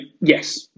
yes